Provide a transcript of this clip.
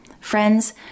Friends